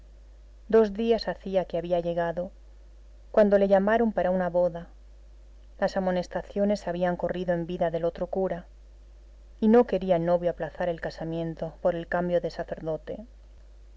dos días hacía que había llegado cuando le llamaron para una boda las amonestaciones habían corrido en vida del otro cura y no quería el novio aplazar el casamiento por el cambio de sacerdote